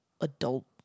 adult